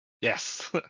Yes